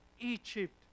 Egypt